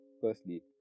Firstly